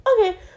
Okay